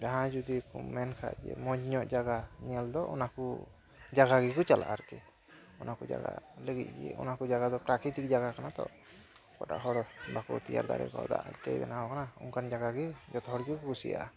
ᱡᱟᱦᱟᱸᱭ ᱡᱩᱫᱤ ᱠᱚ ᱢᱮᱱᱠᱷᱟᱱ ᱢᱚᱡᱽ ᱧᱚᱜ ᱡᱟᱭᱜᱟ ᱧᱮᱞ ᱫᱚ ᱚᱱᱟ ᱠᱚ ᱡᱟᱭᱜᱟ ᱜᱮᱠᱚ ᱪᱟᱞᱟᱜᱼᱟ ᱟᱨᱠᱤ ᱚᱱᱟ ᱠᱚ ᱡᱟᱭᱜᱟ ᱞᱟᱹᱜᱤᱫ ᱜᱮ ᱚᱱᱟ ᱠᱚ ᱡᱟᱭᱜᱟ ᱫᱚ ᱯᱨᱟᱠᱨᱤᱛᱤᱠ ᱡᱟᱭᱜᱟ ᱠᱟᱱᱟ ᱛᱚ ᱚᱠᱟᱴᱟᱜ ᱦᱚᱲ ᱵᱟᱠᱚ ᱛᱮᱭᱟᱨ ᱫᱟᱲᱮ ᱠᱚᱣᱫᱟ ᱟᱡ ᱛᱮᱜᱮ ᱵᱮᱱᱟᱣ ᱠᱟᱱᱟ ᱚᱱᱠᱟᱱ ᱡᱟᱭᱜᱟ ᱜᱮ ᱡᱚᱛᱚ ᱦᱚᱲ ᱜᱮᱠᱚ ᱠᱩᱥᱤᱭᱟᱜᱼᱟ